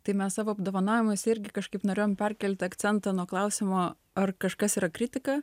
tai mes savo apdovanojimus irgi kažkaip norėjom perkelti akcentą nuo klausimo ar kažkas yra kritika